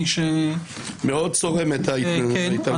מאוד צורמת ההתעלמות שלהם.